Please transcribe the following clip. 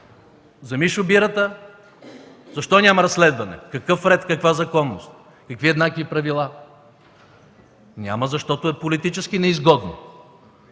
за Мишо Бирата? Защо няма разследване? Какъв ред е това, каква законност, какви еднакви правила? Няма, защото е политически неизгодно.